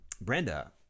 Brenda